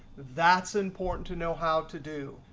that's important to know how to do.